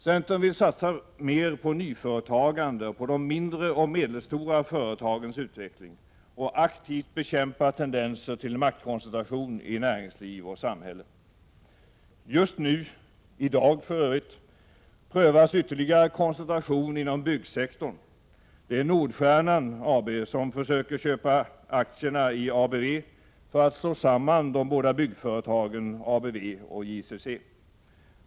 Centern vill satsa mer på nyföretagande och på de mindre och medelstora företagens utveckling och aktivt bekämpa tendenser till maktkoncentration i näringsliv och samhälle. Just nu—-idag-— prövas ytterligare en koncentration inom byggsektorn. Det är Nordstjernan AB som försöker köpa aktierna i ABV för att slå samman de båda byggföretagen ABV och JCC.